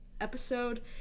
episode